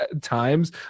times